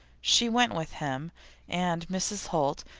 she went with him and mrs. holt,